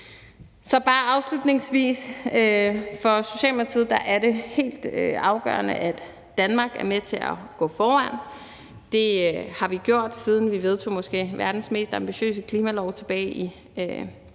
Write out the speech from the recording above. jeg bare afslutningsvis sige, at for Socialdemokratiet er det helt afgørende, at Danmark er med til at gå foran. Det har vi gjort, siden vi vedtog måske verdens mest ambitiøse klimalov tilbage i sidste